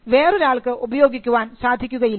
വേറൊരാൾക്ക് ഉപയോഗിക്കുവാൻ സാധിക്കുകയില്ല